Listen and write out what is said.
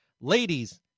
Ladies